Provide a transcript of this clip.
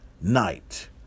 night